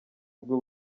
bw’u